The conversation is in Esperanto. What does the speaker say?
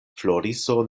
floriso